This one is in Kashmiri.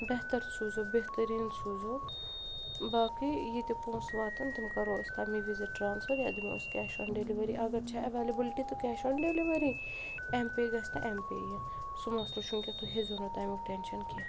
بہتر سوٗزِو بہتریٖن سوٗزِو باقٕے یہِ تہِ پونٛسہٕ واتَن تِم کَرہو أسۍ تَمے وِزِ ٹرٛانسفَر یا دِمہو أسۍ کیش آن ڈیٚلؤری اگر چھِ ایٚویلیبٕلٹی تہٕ cash on delivery M pay گَژھہِ تہٕ ایٚم پے یی سُہ مَسلہٕ چھُنہٕ کیٚنٛہہ تُہۍ ہیٚزیٛو نہٕ تمیٛک ٹیٚنشَن کیٚنٛہہ